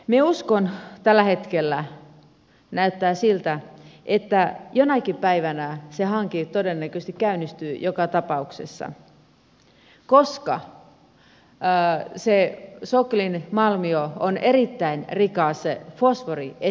minä uskon tällä hetkellä näyttää siltä että jonakin päivänä se hanke todennäköisesti käynnistyy joka tapauksessa koska se soklin malmio on erittäin rikas fosforiesiintymä